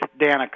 Danica